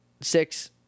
six